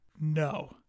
No